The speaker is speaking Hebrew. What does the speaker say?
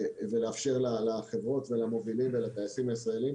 ולאפשר לחברות ולמובילים ולטייסים הישראלים